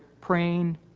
praying